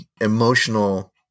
emotional